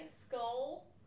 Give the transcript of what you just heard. Skull